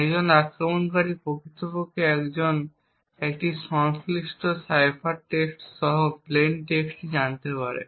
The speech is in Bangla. একজন আক্রমণকারী প্রকৃতপক্ষে একটি সংশ্লিষ্ট সাইফার টেক্সট সহ প্লেইন টেক্সট জানতে পারে